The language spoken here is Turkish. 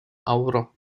avro